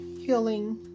Healing